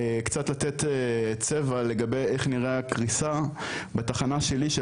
לתת קצת צבע לגבי איך נראית הקריסה: בתחנה שלי של